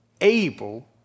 able